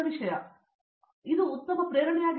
ಸುಜಿತ್ ಆದ್ದರಿಂದ ಇದು ಒಂದು ಉತ್ತಮ ಪ್ರೇರಣೆಯಾಗಿದೆ